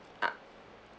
ah